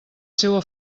seua